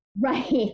Right